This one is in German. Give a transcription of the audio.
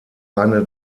eine